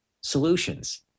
solutions